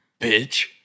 Bitch